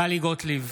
טלי גוטליב,